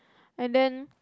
and then